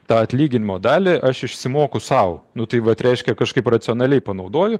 tą atlyginimo dalį aš išsimoku sau nu tai vat reiškia kažkaip racionaliai panaudoju